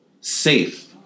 safe